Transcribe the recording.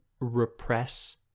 repress